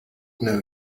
know